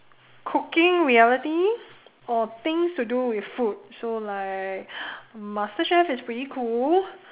cooking reality or things to do with food so like masterchef is pretty cool